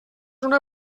una